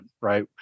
right